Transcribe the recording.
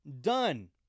Done